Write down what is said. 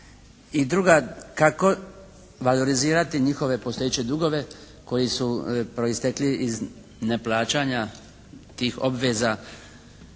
i druga kako valorizirati njihove postojeće dugove koji su proistekli iz neplaćanja tih obveza